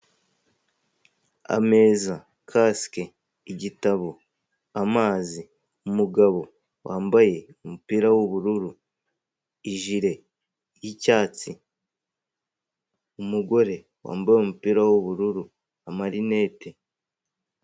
Ameza, kasike, igitabo, amazi, umugabo wambaye umupira w'ubururu, ijire y'icyatsi, umugore wambaye umupira w'ubururu, amarinete.